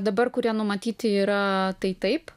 dabar kurie numatyti yra tai taip